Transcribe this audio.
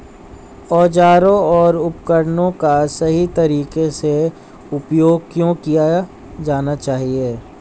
औजारों और उपकरणों का सही तरीके से उपयोग क्यों किया जाना चाहिए?